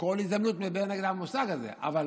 בכל הזדמנות מדבר נגד המושג הזה, אבל